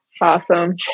Awesome